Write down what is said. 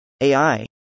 AI